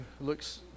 looks